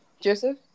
Joseph